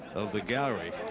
of the gallery.